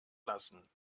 lassen